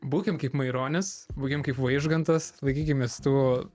būkim kaip maironis būkim kaip vaižgantas laikykimės tų